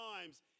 times